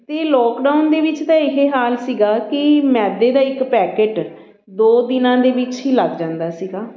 ਅਤੇ ਲੋਕਡਾਊਨ ਦੇ ਵਿੱਚ ਤਾਂ ਇਹ ਹਾਲ ਸੀਗਾ ਕਿ ਮੈਦੇ ਦਾ ਇੱਕ ਪੈਕਟ ਦੋ ਦਿਨਾਂ ਦੇ ਵਿੱਚ ਹੀ ਲੱਗ ਜਾਂਦਾ ਸੀਗਾ